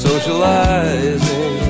Socializing